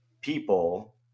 people